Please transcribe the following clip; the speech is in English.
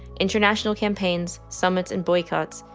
international campaigns, summits, and boycotts,